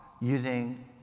using